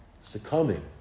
succumbing